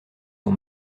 ton